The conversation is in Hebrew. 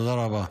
תודה רבה.